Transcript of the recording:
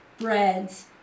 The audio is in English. breads